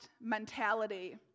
mentality